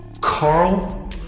Carl